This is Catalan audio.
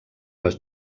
les